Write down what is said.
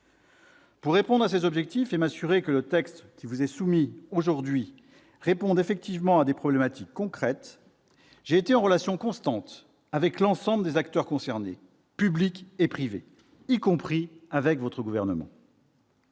Pour atteindre ces objectifs et m'assurer que le texte qui vous est soumis aujourd'hui réponde effectivement à des problématiques concrètes, j'ai été en relation constante avec l'ensemble des acteurs concernés, publics et privés, y compris avec le Gouvernement.